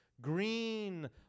green